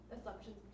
assumptions